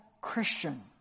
Christian